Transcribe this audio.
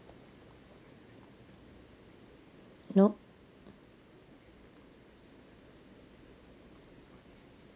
nope